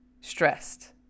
stressed